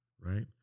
right